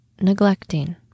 neglecting